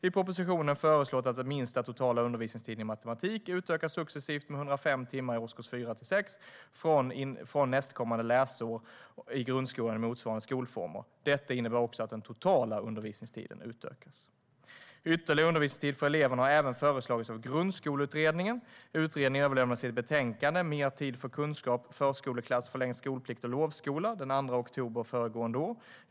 I propositionen föreslås att den minsta totala undervisningstiden i matematik successivt utökas med 105 timmar i årskurs 4-6 från nästkommande läsår i grundskolan och motsvarande skolformer. Detta innebär också att den totala undervisningstiden utökas. Ytterligare undervisningstid för eleverna har även föreslagits av Grundskoleutredningen. Utredningen överlämnade sitt betänkande Mer tid för kunskap - förskoleklass, förlängd skolplikt och lovskola den 2 oktober förra året.